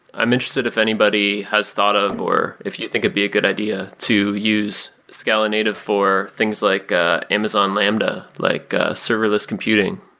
i'm interested if anybody has thought ah of or if you think it'd be a good idea to use scala-native for things like ah amazon lambda, like serviceless computing.